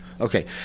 Okay